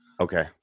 Okay